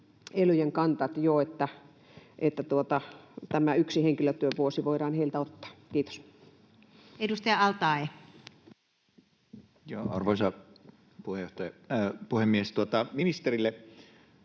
elyjen kanta, että joo, tämä yksi henkilötyövuosi voidaan heiltä ottaa? — Kiitos. Edustaja al-Taee. Arvoisa puhemies! Ministerille: